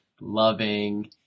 loving